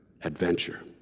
adventure